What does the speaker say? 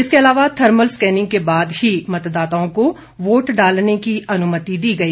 इसके अलावा thermal scanning के बाद ही मतदाताओं को वोट डालने की अनुमति दी गई